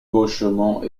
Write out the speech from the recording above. gauchement